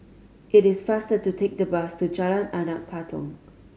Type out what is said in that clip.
it is faster to take the bus to Jalan Anak Patong